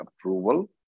approval